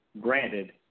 Granted